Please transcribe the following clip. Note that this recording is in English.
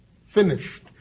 finished